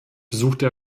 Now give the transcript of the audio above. besuchte